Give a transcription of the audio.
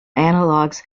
analogues